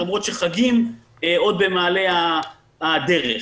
למרות שהחגים עוד במעלה הדרך.